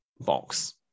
box